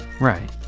Right